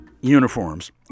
uniforms